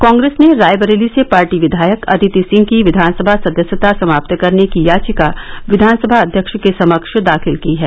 कांग्रेस ने रायबरेली से पार्टी विधायक अदिति सिंह की विधानसभा सदस्यता समाप्त करने की याचिका विधानसभा अध्यक्ष के समक्ष दाखिल की है